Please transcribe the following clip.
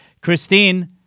Christine